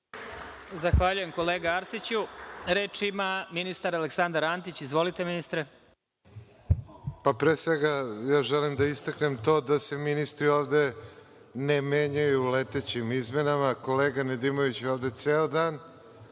Zahvaljujem kolega Arsiću. Reč ima ministar Antić. Izvolite. **Aleksandar Antić** Pa, pre svega želim da istaknem to da se ministri ovde ne menjaju letećim izmenama. Kolega Nedimović je ovde ceo dan,